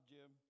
Jim